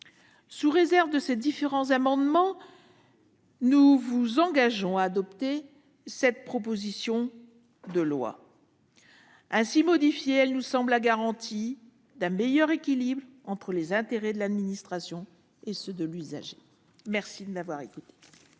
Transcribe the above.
l'adoption de ces différents amendements, nous vous engageons à adopter cette proposition de loi. Ainsi modifiée, elle nous semble constituer la garantie d'un meilleur équilibre entre les intérêts de l'administration et ceux de l'usager. La parole est